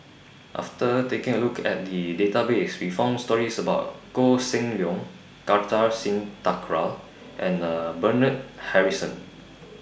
after taking A Look At The Database We found stories about Koh Seng Leong Kartar Singh Thakral and Bernard Harrison